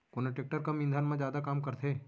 कोन टेकटर कम ईंधन मा जादा काम करथे?